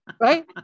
Right